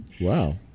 wow